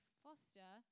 foster